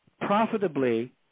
profitably